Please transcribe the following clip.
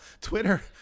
Twitter